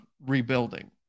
rebuilding